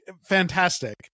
fantastic